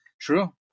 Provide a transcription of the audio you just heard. true